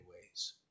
ways